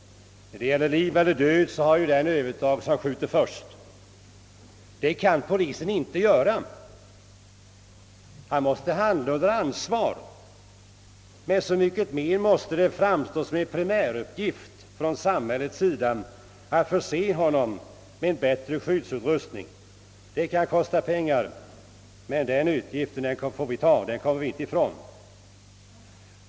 När det gäller liv eller död har den alltid övertaget som skjuter först. Det kan inte polisen göra. Han måste alltid handla under ansvar, men så mycket mer måste det framstå som en primär uppgift för samhället att förse honom med en bättre skyddsutrustning. Det kan kosta pengar, men den utgiften kommer vi inte ifrån.